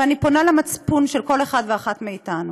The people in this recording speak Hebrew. אבל אני פונה למצפון של כל אחד ואחת מאתנו: